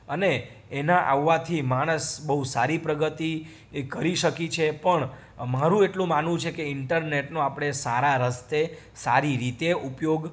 અને એના આવવાથી માણસ બહુ સારી પ્રગતિ એ કરી શકી છે પણ આ મારું એટલું માનવું છે કે ઈન્ટરનેટનો આપણે સારા રસ્તે સારી રીતે ઉપયોગ